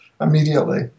immediately